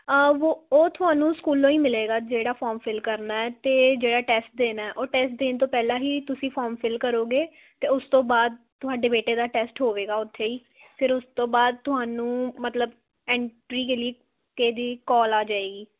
ਵੋ ਉਹ ਤੁਹਾਨੂੰ ਸਕੂਲੋਂ ਹੀ ਮਿਲੇਗਾ ਜਿਹੜਾ ਫੋਰਮ ਫਿੱਲ ਕਰਨਾ ਹੈ ਅਤੇ ਜਿਹੜਾ ਟੈਸਟ ਦੇਣਾ ਉਹ ਟੈਸਟ ਦੇਣ ਤੋਂ ਪਹਿਲਾਂ ਹੀ ਤੁਸੀਂ ਫੋਰਮ ਫਿੱਲ ਕਰੋਗੇ ਅਤੇ ਉਸ ਤੋਂ ਬਾਅਦ ਤੁਹਾਡੇ ਬੇਟੇ ਦਾ ਟੈਸਟ ਹੋਵੇਗਾ ਉੱਥੇ ਹੀ ਫਿਰ ਉਸ ਤੋਂ ਬਾਅਦ ਤੁਹਾਨੂੰ ਮਤਲਬ ਐਨਟ੍ਰੀਗਲੀ ਕੇ ਜੀ ਕਾਲ ਆ ਜਾਵੇਗੀ